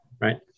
right